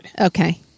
Okay